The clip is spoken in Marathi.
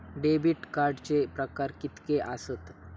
डेबिट कार्डचे प्रकार कीतके आसत?